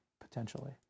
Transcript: potentially